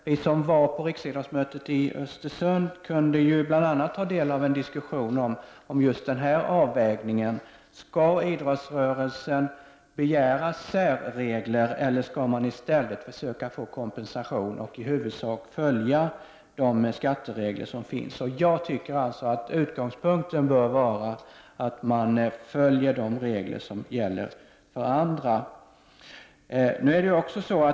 Vi som deltog i Riksidrottsförbundets möte i Östersund kunde bl.a. ta del av en diskussion om just denna avvägning. Skall idrottsrörelsen begära särskilda regler, eller skall man i stället söka få kompensation och i huvudsak följa de skatteregler som finns? Jag tycker att utgångspunkten bör vara att man följer de regler som gäller för andra.